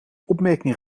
opmerking